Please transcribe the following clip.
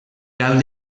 cal